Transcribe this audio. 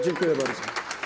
Dziękuję bardzo.